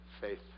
faith